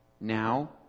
Now